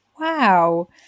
Wow